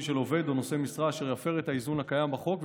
של עובד או נושא משרה אשר יפר את האיזון הקיים בחוק,